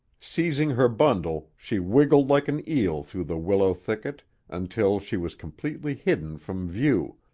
seizing her bundle, she wiggled like an eel through the willow thicket until she was completely hidden from view,